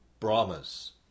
Brahmas